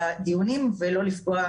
הדיונים הפרונטליים.